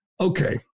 Okay